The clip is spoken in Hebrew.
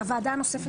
הוועדה הנוספת,